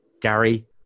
Gary